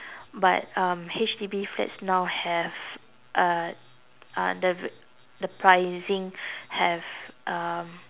but um H_D_B flats now have uh uh the v~ the pricing have um